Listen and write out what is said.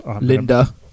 Linda